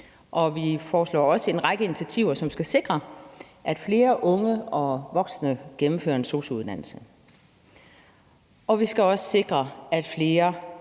og vi foreslår også en række initiativer, som skal sikre, at flere unge og voksne gennemfører en sosu-uddannelse. Vi skal også sikre, at flere